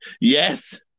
Yes